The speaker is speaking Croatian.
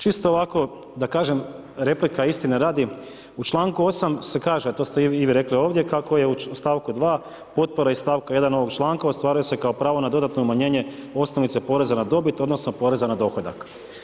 Čisto ovako da kažem, replika istine radi, u članku 8. se kaže, a to ste i vi rekli ovdje kako je u stavku 2. potpora iz stavka 1. ovog članka ostvaruje se kao pravo na dodatno umanjenje osnovice poreza na dobit odnosno poreza na dohodak.